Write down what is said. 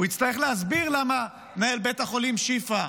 הוא יצטרך להסביר למה מנהל בית החולים שיפא,